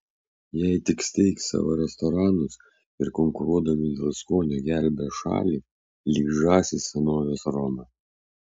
jei tik steigs savo restoranus ir konkuruodami dėl skonio gelbės šalį lyg žąsys senovės romą